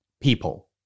People